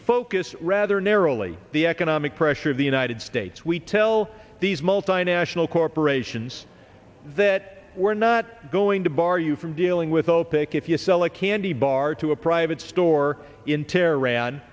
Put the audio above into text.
focus rather narrowly the economic pressure of the united states we tell these multinational corporations that we're not going to bar you from dealing with opec if you sell a candy bar to a private store in